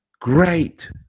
Great